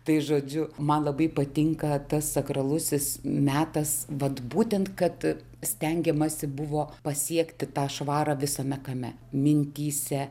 tai žodžiu man labai patinka tas sakralusis metas vat būtent kad stengiamasi buvo pasiekti tą švarą visame kame mintyse